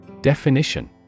Definition